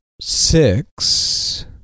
six